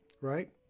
right